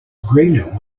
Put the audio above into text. greener